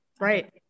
Right